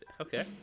okay